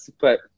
But-